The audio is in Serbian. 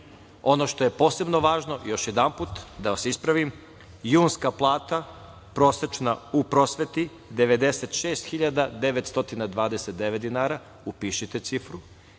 što je posebno važno, još jedanput, da vas ispravim, junska plata prosečna u prosveti – 96.929 dinara, upišite cifru,